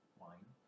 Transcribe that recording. wine